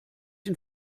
den